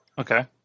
Okay